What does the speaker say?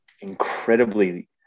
Incredibly